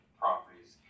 properties